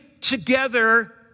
together